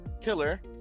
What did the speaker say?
killer